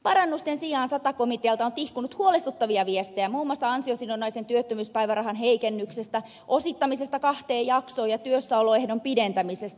parannusten sijaan sata komitealta on tihkunut huolestuttavia viestejä muun muassa ansiosidonnaisen työttömyyspäivärahan heikennyksestä osittamisesta kahteen jaksoon ja työssäoloehdon pidentämisestä